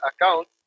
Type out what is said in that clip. account